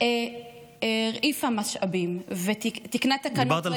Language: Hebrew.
הרעיפה משאבים ותיקנה תקנות,